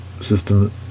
system